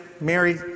Mary